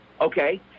Okay